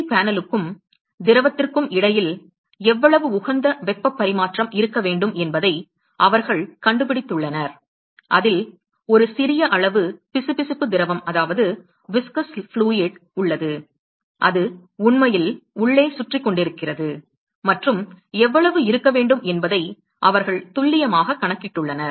D பேனலுக்கும் திரவத்திற்கும் இடையில் எவ்வளவு உகந்த வெப்பப் பரிமாற்றம் இருக்க வேண்டும் என்பதை அவர்கள் கண்டுபிடித்துள்ளனர் அதில் ஒரு சிறிய அளவு பிசுபிசுப்பு திரவம் உள்ளது அது உண்மையில் உள்ளே சுற்றிக் கொண்டிருக்கிறது மற்றும் எவ்வளவு இருக்க வேண்டும் என்பதை அவர்கள் துல்லியமாகக் கணக்கிட்டுள்ளனர்